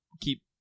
keep